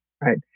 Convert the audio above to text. right